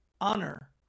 honor